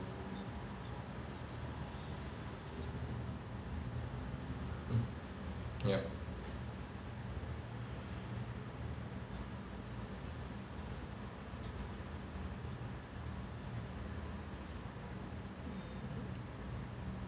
mm yup